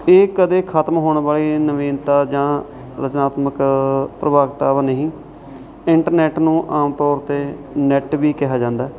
ਇਹ ਕਦੇ ਖਤਮ ਹੋਣ ਵਾਲੀ ਨਵੀਨਤਾ ਜਾਂ ਰਚਨਾਤਮਕ ਪ੍ਰਭਾਵਤਵ ਨਹੀਂ ਇੰਟਰਨੈੱਟ ਨੂੰ ਆਮ ਤੌਰ 'ਤੇ ਨੈੱਟ ਵੀ ਕਿਹਾ ਜਾਂਦਾ